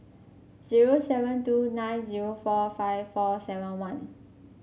zero seven two nine zero four five four seven one